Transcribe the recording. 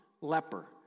leper